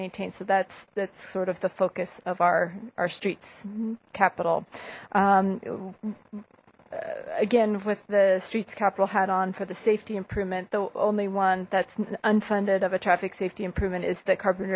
maintain so that's that's sort of the focus of our our streets capital again with the streets capital hat on for the safety improvement the only one that's an unfunded of a traffic safety improvement is the carpe